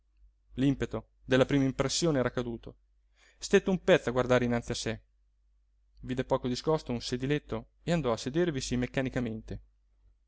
l'impeto della prima impressione era caduto stette un pezzo a guardare innanzi a sé vide poco discosto un sediletto e andò a sedervisi meccanicamente